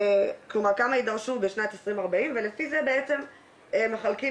כלומר כמה ידרשו בשנת 2024 ולפי זה בעצם הם מחלקים